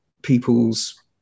People's